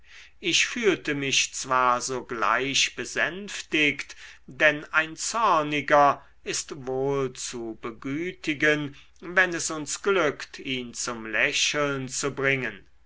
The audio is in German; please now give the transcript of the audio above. ich fühlte mich zwar sogleich besänftigt denn ein zorniger ist wohl zu begütigen wenn es uns glückt ihn zum lächeln zu bringen